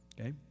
Okay